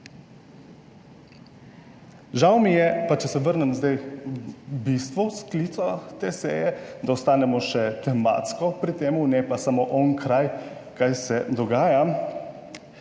Žal mi je, pa če se vrnem zdaj k bistvu sklica te seje, da ostanemo še tematsko pri tem, ne pa samo onkraj, kaj se dogaja.